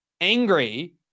angry